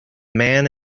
man